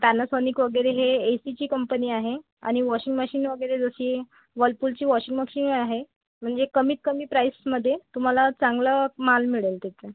Panasonic वगैरे हे A C ची कंपनी आहे आणि वॉशिंग मशीन वगैरे जशी वलपूलची वॉशिंग मक्शिंग आहे म्हणजे कमीत कमी प्राइसमध्ये तुम्हाला चांगलं माल मिळेल त्याचं